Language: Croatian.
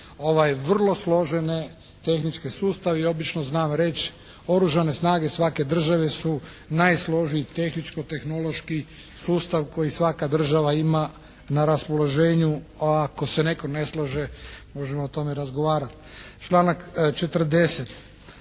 vrlo složene tehničke sustave. I obično znam reći oružane snage svake države su najsloženiji tehničko-tehnološki sustav koji svaka država ima na raspoloženju a ako se netko ne slaže možemo o tome razgovarati. Članak 40.: